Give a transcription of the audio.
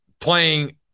playing –